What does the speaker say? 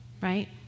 Right